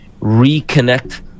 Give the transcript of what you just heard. reconnect